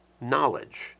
Knowledge